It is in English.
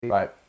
Right